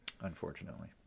unfortunately